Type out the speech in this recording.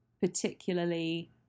particularly